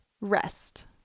rest